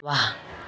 ವಾಹ್